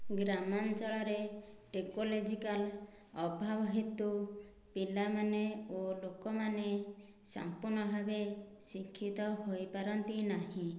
ଗ୍ରାମାଞ୍ଚଳରେ ଟେକ୍ନୋଲୋଜିକାଲ୍ ଅଭାବ ହେତୁ ପିଲାମାନେ ଓ ଲୋକମାନେ ସମ୍ପୂର୍ଣ୍ଣ ଭାବେ ଶିକ୍ଷିତ ହୋଇପାରନ୍ତି ନାହିଁ